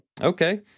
Okay